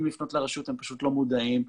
לפנות לרשת כי הם פשוט לא מודעים לה.